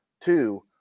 Two